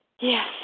Yes